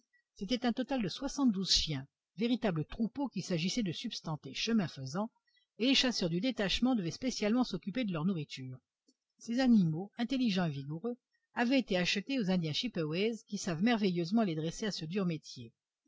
c'était un total de soixante-douze chiens véritable troupeau qu'il s'agissait de substanter chemin faisant et les chasseurs du détachement devaient spécialement s'occuper de leur nourriture ces animaux intelligents et vigoureux avaient été achetés aux indiens chipeways qui savent merveilleusement les dresser à ce dur métier